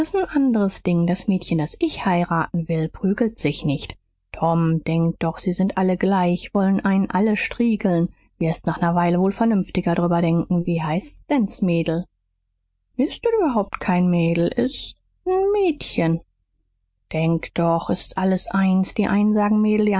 n anderes ding das mädchen das ich heiraten will prügelt sich nicht tom denk doch sie sind alle gleich wollen einen alle striegeln wirst nach ner weile wohl vernünftiger drüber denken wie heißt denn s mädel s ist überhaupt kein mädel s ist n mädchen denk doch s ist alles eins die einen sagen mädel